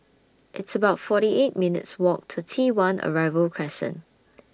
It's about forty eight minutes' Walk to T one Arrival Crescent